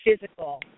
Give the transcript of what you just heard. physical